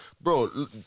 bro